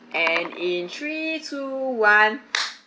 and in three two one